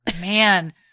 man